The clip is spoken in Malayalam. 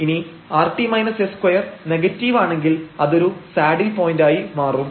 ഇനി rt s2 നെഗറ്റീവാണെങ്കിൽ അതൊരു സാഡിൽ പോയന്റ് ആയി മാറും